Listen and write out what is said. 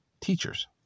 teachers